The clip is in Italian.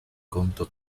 conto